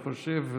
אני חושב,